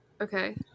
Okay